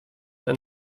and